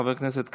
חבר הכנסת קרעי,